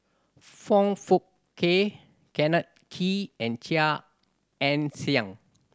Foong Fook Kay Kenneth Kee and Chia Ann Siang